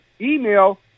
email